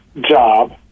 job